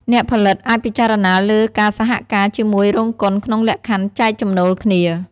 អ្នកផលិតអាចពិចារណាលើការសហការជាមួយរោងកុនក្នុងលក្ខខណ្ឌចែកចំណូលគ្នា។